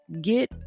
get